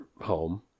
home